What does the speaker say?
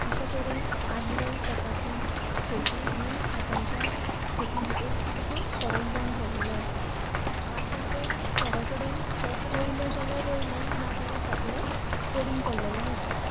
अशे तरेन आदले तेंपाची शेती आनी आतांचे शेती भितर खुब फरक जावन पडलेलो आसा आतां तर थोडे कडेन शेत रोंयलें जाल्यार रोंयलें नाजाल्यार सगळें पडींग पडलेलें आसा